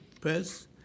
Press